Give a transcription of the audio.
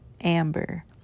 Amber